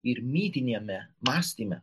ir mitiniame mąstyme